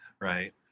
right